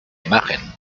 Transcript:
imagen